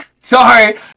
Sorry